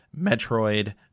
Metroid